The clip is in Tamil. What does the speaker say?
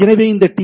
எனவே இந்த டி